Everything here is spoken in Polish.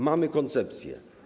Mamy koncepcję.